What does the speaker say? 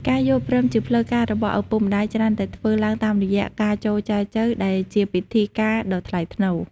ការយល់ព្រមជាផ្លូវការរបស់ឪពុកម្ដាយច្រើនតែធ្វើឡើងតាមរយៈ "ការចូលចែចូវ" ដែលជាពិធីការដ៏ថ្លៃថ្នូរ។